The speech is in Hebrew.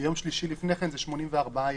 ויום שלישי לפני כן זה 84 ימים,